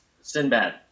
Sinbad